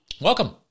welcome